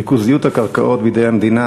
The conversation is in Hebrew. ריכוזיות הקרקעות בידי המדינה,